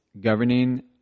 governing